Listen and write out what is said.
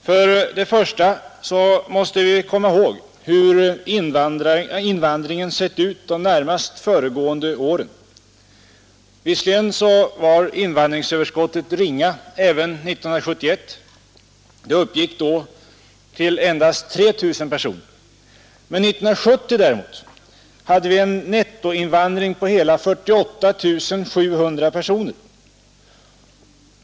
För det första måste vi komma ihåg hur invandringen sett ut de närmast föregående åren. Visserligen var invandringsöverskottet ringa även 1971. Det uppgick det året till endast 3 000 personer. Men 1970 däremot hade vi en nettoinvandring på 48 700.